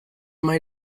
might